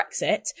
Brexit